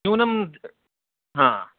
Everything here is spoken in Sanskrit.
न्यूनं हा